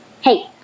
Hey